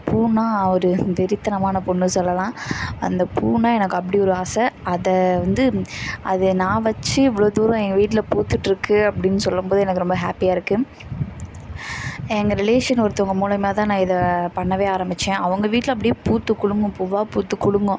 பூவுனா ஒரு வெறித்தனமான பொண்ணு சொல்லலாம் அந்த பூவுனா எனக்கு அப்படி ஒரு ஆசை அதை வந்து அது நான் வெச்சு இவ்வளோ தூரம் எங்கள் வீட்டில் பூத்துட்டு இருக்குது அப்படினு சொல்லும் போது எனக்கு ரொம்ப ஹேப்பியாக இருக்குது எங்கள் ரிலேஷன் ஒருத்தங்க மூலமாக தான் நான் இதை பண்ண ஆரம்மிச்சேன் அவங்க வீட்டில் அப்படி பூத்து குலுங்கும் பூ பூத்து குலுங்கும்